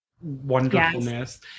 wonderfulness